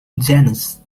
janus